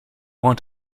want